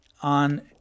on